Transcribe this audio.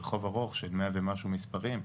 רחוב ארוך של מאה ומשהו מספרים,